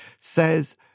says